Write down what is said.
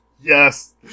Yes